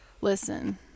listen